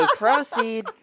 Proceed